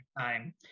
time